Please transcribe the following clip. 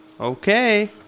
Okay